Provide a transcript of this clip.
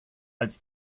als